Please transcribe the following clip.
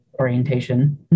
orientation